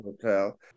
Hotel